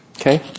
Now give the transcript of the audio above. okay